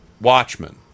Watchmen